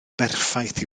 berffaith